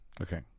Okay